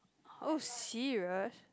oh serious